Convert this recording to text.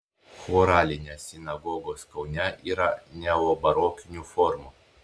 choralinės sinagogos kaune yra neobarokinių formų